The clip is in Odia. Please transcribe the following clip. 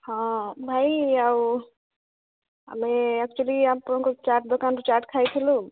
ହଁ ଭାଇ ଆଉ ଆମେ ଆକ୍ଚୁଆଲି ଆପଣଙ୍କ ଚାଟ୍ ଦୋକାନରୁ ଚାଟ୍ ଖାଇଥିଲୁ